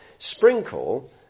Sprinkle